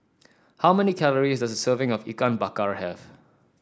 how many calories does a serving of Ikan Bakar have